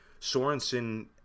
Sorensen